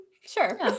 Sure